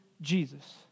Jesus